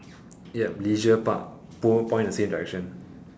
ya leisure park both point the same direction